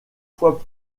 fois